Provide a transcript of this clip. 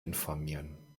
informieren